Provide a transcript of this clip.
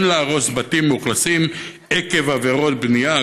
אין להרוס בתים מאוכלסים עקב עבירות בנייה,